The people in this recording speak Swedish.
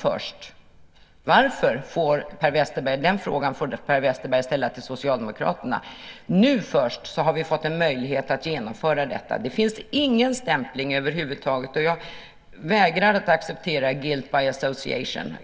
Först nu - varför det är så får Per Westerberg fråga Socialdemokraterna - har vi fått en möjlighet att genomföra detta. Det finns ingen stämpling över huvud taget, och jag vägrar att acceptera guilt by association .